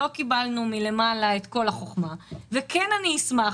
לא קיבלנו מלמעלה את כל החכמה וכן אני אשמח